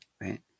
Right